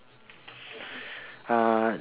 uh